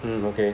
mm okay